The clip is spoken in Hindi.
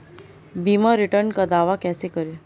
बीमा रिटर्न का दावा कैसे करें?